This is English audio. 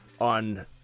on